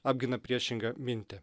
apgina priešingą mintį